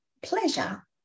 pleasure